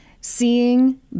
seeing